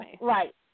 Right